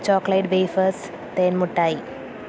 chocolate wafers തേൻമുട്ടായി